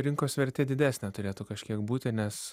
rinkos vertė didesnė turėtų kažkiek būti nes